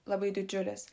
labai didžiulis